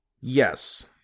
Yes